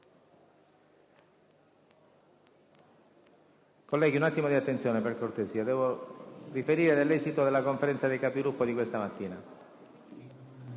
Colleghi, un attimo di attenzione, per cortesia. Devo riferire dell'esito della Conferenza dei Capigruppo di questa mattina.